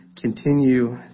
continue